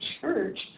church